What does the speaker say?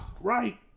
right